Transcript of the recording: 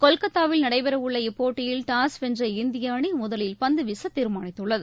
கொல்கத்தாவில் நடைபெறவுள்ள இப்போட்டியில் வென்ற இந்தியஅணிமுதலில் பந்துவீசதீர்மானித்துள்ளது